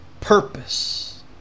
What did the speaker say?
purpose